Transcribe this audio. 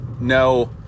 no